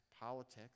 politics